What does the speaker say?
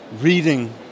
reading